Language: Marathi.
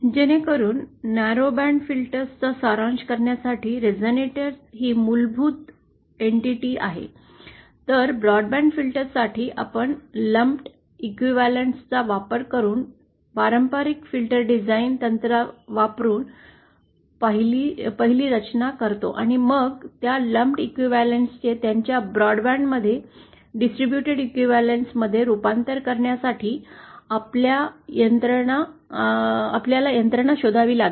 जेणेकरून अरुंद बँड फिल्टर्स चा सारांश करण्यासाठी रेझोनेटर ही मूलभूत संस्था आहे तर ब्रॉडबँड फिल्टरसाठी आपण लंपेड एलीमेंट्सचा वापर करून पारंपरिक फिल्टर डिझाईन तंत्रवापरून पहिली रचना करतो आणि मग या लंपेड एलीमेंट्सचे त्यांच्या ब्रॉडबँडमध्ये डिस्ट्रीब्यूटॅड इक्विवलेंट मध्येरूपांतर करण्यासाठी आपल्याला यंत्रणा शोधावी लागेल